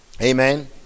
Amen